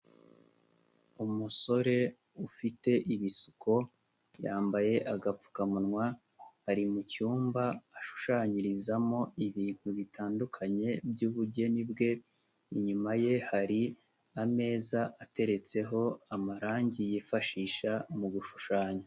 Umusore ufite ibisuko yambaye agapfukamunwa ari mucyumba ashushanyirizamo ibintu bitandukanye byubugeni bwe, inyuma ye hari ameza ateretseho amarangi yifashisha mu gushushanya.